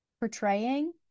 portraying